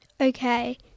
Okay